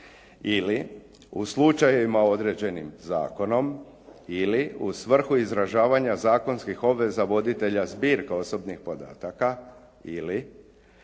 ili u slučajevima određenim zakonom ili u svrhu izražavanja zakonskih obveza voditelja zbirke osobnih podataka ili